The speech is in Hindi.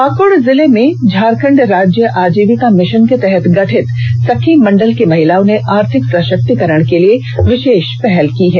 पाकृड़ जिले में झारखंड राज्य आजीविका मिशन के तहत गठित सखी मंडल की महिलाओं ने आर्थिक सशक्तीकरण के लिए विशेष पहल की है